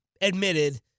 admitted